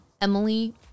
emily